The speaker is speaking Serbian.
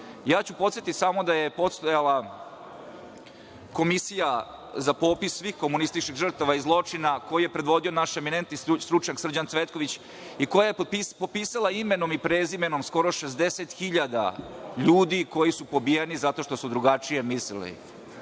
narodom. Podsetiću samo da je postojala komisija za popis svih komunističkih žrtava i zločina koju je predvodio naš eminentni stručnjak Srđan Cvetković i koja je popisala imenom i prezimenom skoro 60.000 ljudi koji su pobijeni zato što su drugačije mislili.